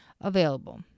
available